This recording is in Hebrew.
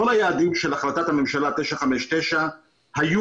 כל היעדים של החלטת הממשלה 959 היו